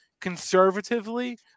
conservatively